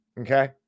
okay